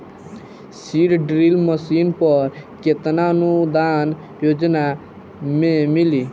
Seed drill machine पर केतना अनुदान योजना में मिली?